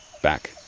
back